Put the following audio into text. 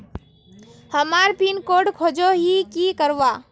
हमार pin code खोजोही की करवार?